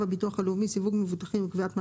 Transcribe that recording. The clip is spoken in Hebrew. הביטוח הלאומי (סיווג מבוטחים וקביעת מעבידים),